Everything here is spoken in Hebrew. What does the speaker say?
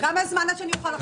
כמה זמן עד שאני יכולה לחזור?